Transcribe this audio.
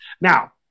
Now